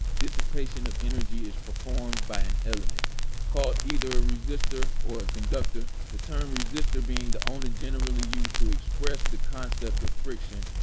dissipation of energy is performed by an element called either a resistor or a conductor, the term resistor being the onegenerally used to express the concept of friction,